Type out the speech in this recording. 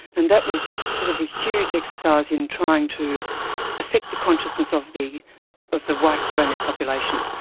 and that was a sort of huge exercise in trying to affect the consciousness of the of the white australian population.